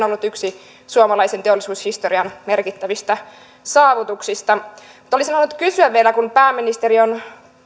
yhtiö on ollut yksi suomalaisen teollisuushistorian merkittävistä saavutuksista olisin halunnut kysyä vielä kun pääministeri on